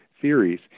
theories